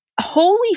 Holy